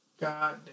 God